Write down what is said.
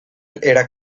era